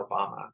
Obama